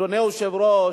אדוני היושב-ראש,